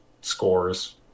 scores